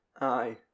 Aye